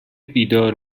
بیدار